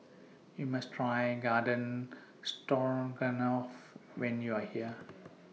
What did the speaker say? YOU must Try Garden Stroganoff when YOU Are here